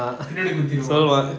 பின்னாடி குத்திருவா:pinnadi kuthiruvaa